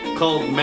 called